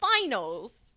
finals